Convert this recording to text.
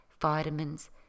vitamins